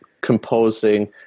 composing